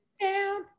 down